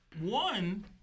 One